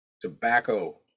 tobacco